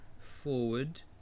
forward